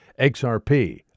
XRP